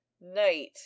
night